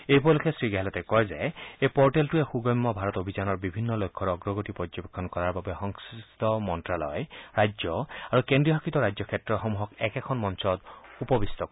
এই উপলক্ষে শ্ৰীগেহলটে কয় যে এই পৰ্টেলটোৱে সুগম্য ভাৰত অভিযানৰ বিভিন্ন লক্ষ্যৰ অগ্ৰগতি পৰ্যবেক্ষণ কৰাৰ বাবে সংশ্লিষ্ট মন্ত্যালয় ৰাজ্য আৰু কেন্দ্ৰীয় শাসিত ৰাজ্য ক্ষেত্ৰসমূহক একেখন মঞ্চত উপবিষ্ট কৰিব